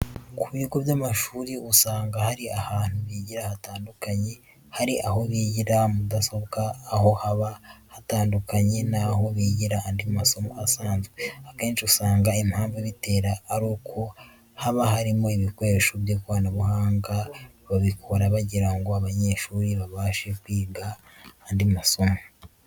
Ku bigo by'amashuri usanga hari ahantu bigira hatandukanye, hari aho bigira mudasobwa, aho haba hatandukanye n'aho bigira andi masomo asanzwe, akenshi usanga impamvu ibitera ari uko haba harimo ibikoresho by'ikoranabuhanga, babikora bagira ngo abanyeshuri babashe kwiga andi masomo.